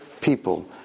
people